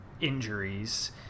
injuries